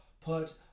put